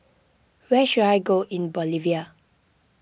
where should I go in Bolivia